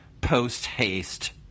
post-haste